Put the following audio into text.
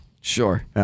Sure